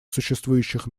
существующих